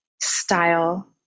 style